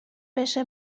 بشه